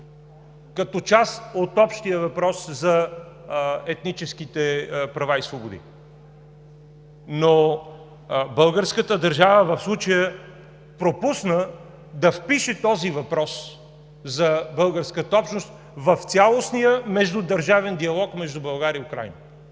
като част от общия въпрос за етническите права и свободи. Но българската държава в случая пропусна да впише този въпрос за българската общност в цялостния междудържавен диалог между България и Украйна.